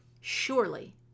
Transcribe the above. Surely